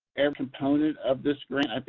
every component of this grant.